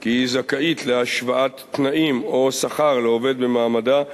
כי היא זכאית להשוואת תנאים או שכר לעובד במעמדה,